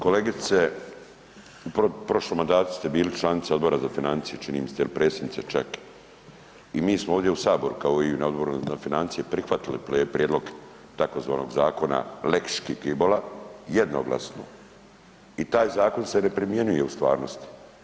Kolegice u prošlom mandatu ste bili članica Odbora za financije čini mi se ili predsjednica čak i mi smo ovdje u saboru kao i vi na Odboru za financije prihvatili prijedlog tzv. zakona lex Škibola jednoglasno i taj zakon se ne primjenjuje u stvarnosti.